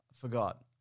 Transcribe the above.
forgot